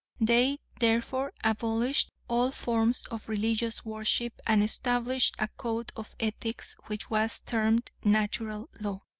they therefore abolished all forms of religious worship and established a code of ethics which was termed natural law.